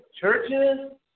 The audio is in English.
churches